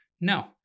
No